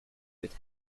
with